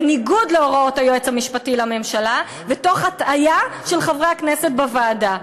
בניגוד להוראות היועץ המשפטי לממשלה ותוך הטעיה של חברי הכנסת בוועדה.